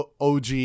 OG-